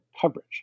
coverage